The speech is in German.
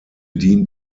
dient